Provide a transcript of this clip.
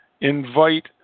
Invite